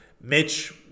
Mitch